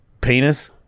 penis